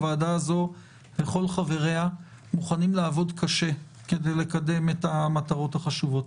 הוועדה הזאת וכל חבריה מוכנים לעבוד קשה כדי לקדם את המטרות החשובות.